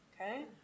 Okay